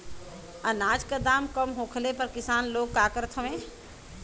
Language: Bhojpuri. अनाज क दाम कम होखले पर किसान लोग का करत हवे?